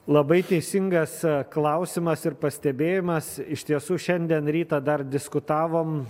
labai teisingas klausimas ir pastebėjimas iš tiesų šiandien rytą dar diskutavom